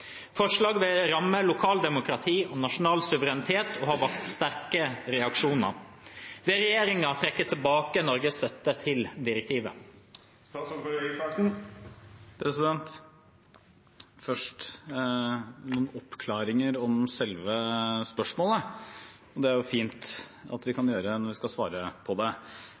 vil ramme lokaldemokrati og nasjonal suverenitet og har vakt sterke reaksjoner. Vil regjeringen trekke tilbake Norges støtte til direktivet?» Først noen oppklaringer om selve spørsmålet, og det er det fint at vi kan gjøre når vi skal svare på det.